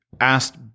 asked